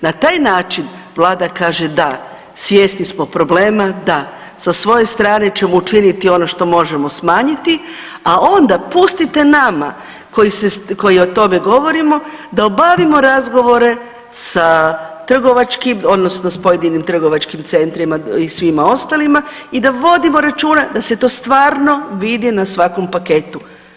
Na taj način vlada kaže, da svjesni smo problema, da sa svoje strane ćemo učiniti ono što možemo smanjiti, a onda pustite nama koji o tome govorimo da obavimo razgovore sa trgovačkim odnosno s pojedinim trgovačkim centrima i svima ostalima i da vodimo računa da se to stvarno vidi na svakom paketu.